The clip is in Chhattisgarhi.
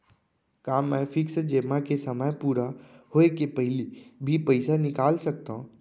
का मैं फिक्स जेमा के समय पूरा होय के पहिली भी पइसा निकाल सकथव?